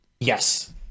Yes